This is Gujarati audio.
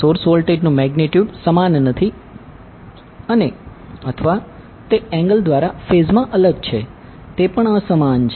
સોર્સ વોલ્ટેજ નું મેગ્નીટ્યુડ સમાન નથી અને અથવા તે એન્ગલ દ્વારા ફેઝ મા અલગ છે તે પણ અસમાન છે